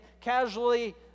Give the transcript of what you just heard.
casually